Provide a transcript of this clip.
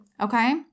okay